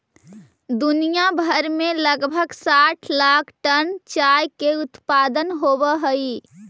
दुनिया भर में लगभग साठ लाख टन चाय के उत्पादन होब हई